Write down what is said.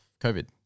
COVID